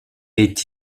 est